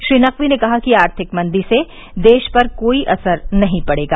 श्री नकवी ने कहा कि आर्थिक मंदी से देश पर कोई असर नहीं पड़ेगा